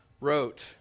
wrote